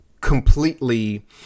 completely